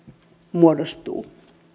muodostuu